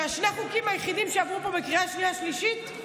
ששני החוקים היחידים שעברו פה בקריאה שנייה ושלישית הם